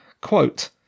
Quote